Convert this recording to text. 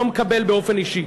אני לא מקבל באופן אישי.